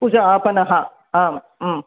पूजा आपणः आम्